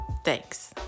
Thanks